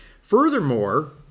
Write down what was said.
Furthermore